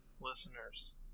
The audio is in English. listeners